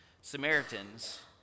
Samaritans